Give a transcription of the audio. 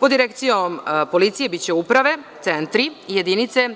Pod direkcijom policije, biće uprave, centri,